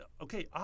okay